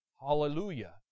Hallelujah